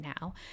now